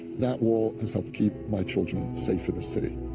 that wall has helped keep my children safe in the city,